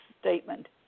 statement